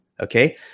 okay